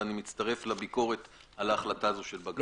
ואני מצטרף לביקורת על ההחלטה הזו של בג"צ.